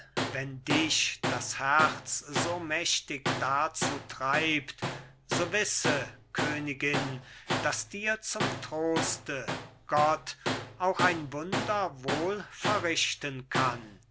wenn dich das herz so mächtig dazu treibt so wisse königin daß dir zum troste gott auch ein wunder wohl verrichten kann